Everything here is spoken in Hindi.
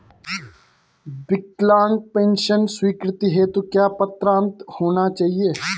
विकलांग पेंशन स्वीकृति हेतु क्या पात्रता होनी चाहिये?